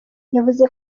yavuze